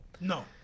No